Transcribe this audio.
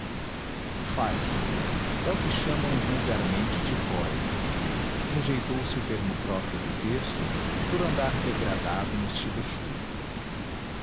faixa é o que chamam vulgarmente tipóia rejeitou se o termo próprio do texto por andar degradado no estilo chulo